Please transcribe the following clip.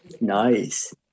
Nice